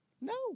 No